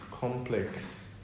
complex